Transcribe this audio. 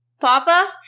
Papa